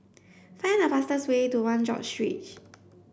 find the fastest way to One George Street